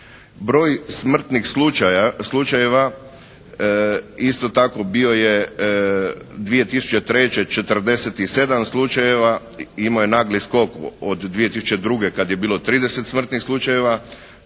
Broj smrtnih slučaja, slučajeva isto tako bio je 2003. 47 slučajeva. Imao je nagli skok od 2002. kad je bilo 30 smrtnih slučajeva